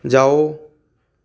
जाओ